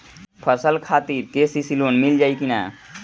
फसल खातिर के.सी.सी लोना मील जाई किना?